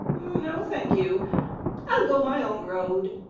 no, thank you i'll go my own road.